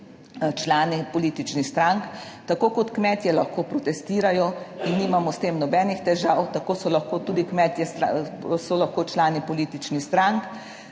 člani političnih strank. Tako kot kmetje lahko protestirajo in nimamo s tem nobenih težav, tako so lahko tudi kmetje so lahko člani političnih strank.